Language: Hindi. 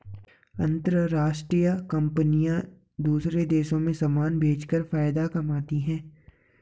अंतरराष्ट्रीय कंपनियां दूसरे देशों में समान भेजकर फायदा कमाती हैं